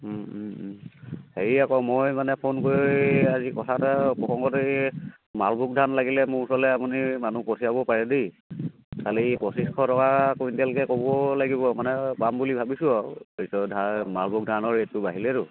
হেৰি আকৌ মই মানে ফোন কৰি আজি কথা এটা প্ৰসংগতে এই মালভোগ ধান লাগিলে মোৰ ওচৰলৈ আপুনি মানুহ পঠিয়াব পাৰে দেই কালি পঁচিছশ টকা কুইণ্টেলকৈ ক'ব লাগিব মানে পাম বুলি ভাবিছোঁ আৰু ধাৰ মালভোগ ধানৰ ৰেটটো বাঢ়িলেতো